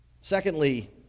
Secondly